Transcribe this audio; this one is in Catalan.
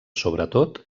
sobretot